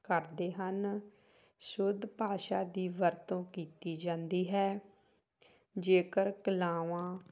ਕਰਦੇ ਹਨ ਸ਼ੁੱਧ ਭਾਸ਼ਾ ਦੀ ਵਰਤੋਂ ਕੀਤੀ ਜਾਂਦੀ ਹੈ ਜੇਕਰ ਕਲਾਵਾਂ